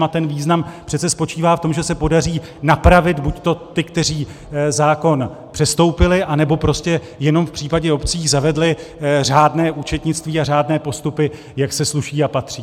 A ten význam přece spočívá v tom, že se podaří napravit buďto ty, kteří zákon přestoupili, anebo aby prostě jenom v případě obcí zavedli řádné účetnictví a řádné postupy, jak se sluší a patří.